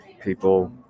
people